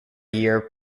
year